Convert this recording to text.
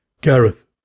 Gareth